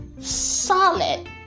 Solid